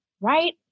right